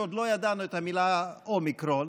כשעוד לא ידענו את המילה "אומיקרון",